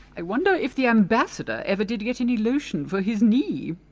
i wonder if the ambassador ever did get any lotion for his knee?